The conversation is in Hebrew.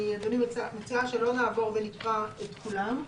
אני, אדוני, מציעה שלא נעבור ונקרא את כולם.